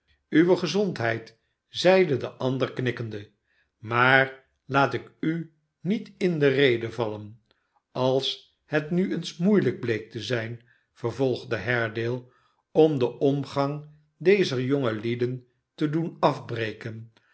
uwe gezondheid zeide de ander knikkende a maar iaat ik u met in de rede vallen als het nu eens moeielijk bleek te zijn vervolgde haredale om den omgang dezer jonge lieden te doen afbreken